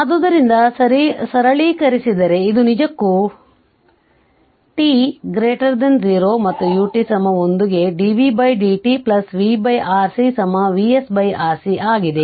ಆದ್ದರಿಂದ ಸರಳೀಕರಿಸಿದರೆ ಇದು ನಿಜಕ್ಕೂ t0 ಮತ್ತು u1 ಗೆ dvdt vRC VsRC ಆಗಿದೆ